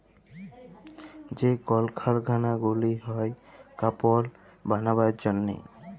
যে কল কারখালা গুলা হ্যয় কাপড় বালাবার জনহে